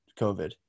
COVID